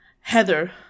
Heather